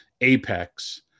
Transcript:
apex